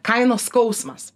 kainos skausmas